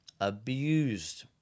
Abused